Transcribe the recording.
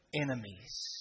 enemies